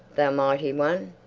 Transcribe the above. thou mighty one!